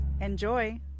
Enjoy